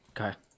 Okay